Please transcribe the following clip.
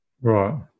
Right